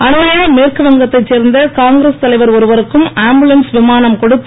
அண்மையில் மேற்குவங்கத்தைச் சேர்ந்த காங்கிரஸ் தலைவர் ஒருவருக்கும் ஆம்புலன்ஸ் விமானம் கொடுத்து